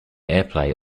airplay